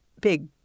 big